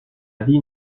vie